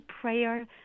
prayer